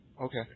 Okay